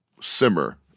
simmer